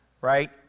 right